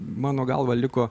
mano galva liko